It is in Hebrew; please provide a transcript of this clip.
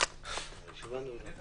הישיבה ננעלה